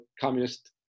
communist